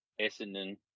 Essendon